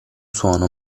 suono